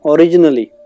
Originally